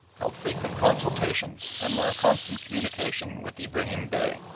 held frequent consultations and were in constant communication with ibrahim bey,